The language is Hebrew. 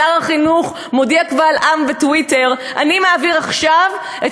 שר החינוך מודיע קבל עם וטוויטר: אני מעביר עכשיו את